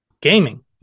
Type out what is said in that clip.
gaming